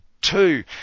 two